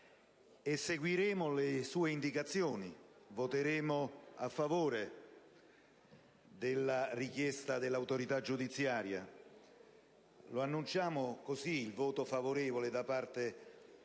Seguiremo le sue indicazioni votando a favore della richiesta dell'autorità giudiziaria. Pertanto, annunciamo il voto favorevole da parte del